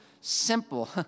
simple